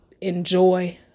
enjoy